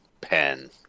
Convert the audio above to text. pen